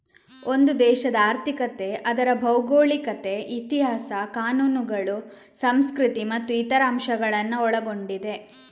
ಒಂದು ದೇಶದ ಆರ್ಥಿಕತೆ ಅದರ ಭೌಗೋಳಿಕತೆ, ಇತಿಹಾಸ, ಕಾನೂನುಗಳು, ಸಂಸ್ಕೃತಿ ಮತ್ತು ಇತರ ಅಂಶಗಳನ್ನ ಒಳಗೊಂಡಿದೆ